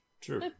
True